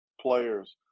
players